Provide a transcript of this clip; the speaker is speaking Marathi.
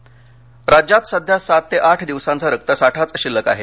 रक्तसाठा राज्यात सध्या सात ते आठ दिवसांचा रक्तसाठाच शिल्लक आहे